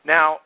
Now